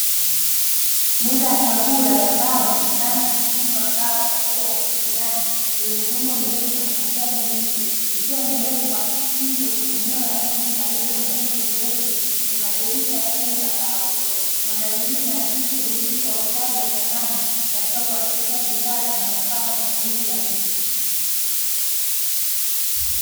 Meza ya chakula ya mbao yenye rangi nyekundu angavu pamoja na viti vinanevyenye mibungo mirefu na matakia meusi, ikiwa imewekwa nje kwenye eneo la nyasi karibu na jengo jeupe lenye madirisha ya fremu za kahawia. Mandhari hii inaakisi ubunifu wa uuzaji wa samani katika kuwasilisha bidhaa zinazofaa kwa matumizi ya nje.